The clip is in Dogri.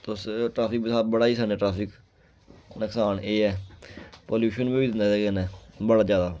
तुस ट्रैफिक बड़ाई सकने ट्रैफिक नसकान एह् ऐ पलूशन बी होई जंदा एह्दे कन्नै बड़ा ज्यादा